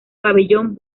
pabellón